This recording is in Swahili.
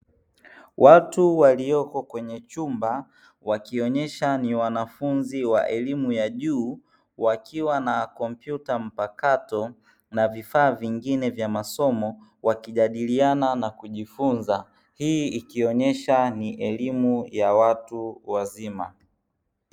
Watu walioko kwenye chumba, wakionyesha ni wanafunzi wa elimu ya juu, wakiwa na kompyuta mpakato na vifaa vingine vya masomo, wakijadiliana na kujifunza. Hii ikionyesha ni elimu ya watu wazima.